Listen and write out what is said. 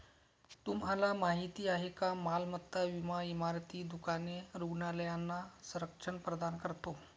तुम्हाला माहिती आहे का मालमत्ता विमा इमारती, दुकाने, रुग्णालयांना संरक्षण प्रदान करतो